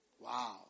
Wow